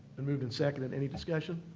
been moved and seconded. any discussion?